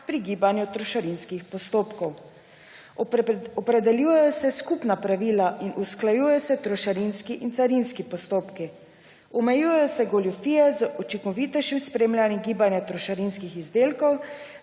pri gibanju trošarinskih postopkov. Opredeljujejo se skupina pravila in usklajujejo se trošarinski in carinski postopki. Omejujejo se goljufije z učinkovitejšem spremljanjem gibanja trošarinskih izdelkov